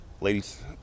Ladies